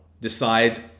decides